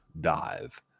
dive